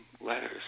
letters